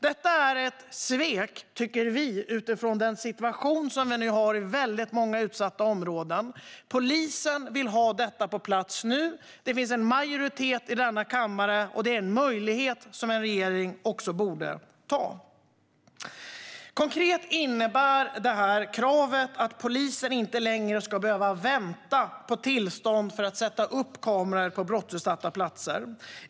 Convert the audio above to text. Detta är ett svek, tycker vi, utifrån den situation som vi nu har i många utsatta områden. Polisen vill ha detta på plats nu. Det finns en majoritet för det i denna kammare, och det är en möjlighet som en regering också borde ta. Konkret innebär det här kravet att polisen inte längre ska behöva vänta på tillstånd för att sätta upp kameror på brottsutsatta platser.